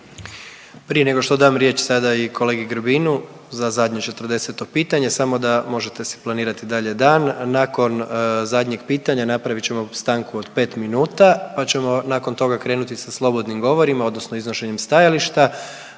Prije nego što dam riječ sada i kolegi Grbinu za zadnje 40. pitanje samo da možete si planirati dalje dan, nakon zadnjeg pitanja napravit ćemo stanku od 5 minuta, pa ćemo nakon toga krenuti sa slobodnim govorima odnosno iznošenjem stajališta,